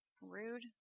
Rude